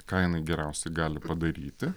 ką jinai geriausiai gali padaryti